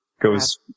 goes